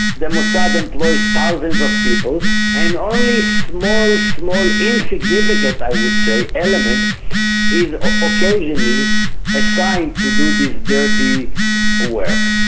the mossad employs thousands of people and only small, small insignificant, i would say, element is occasionally assigned to do this dirty work.